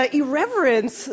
irreverence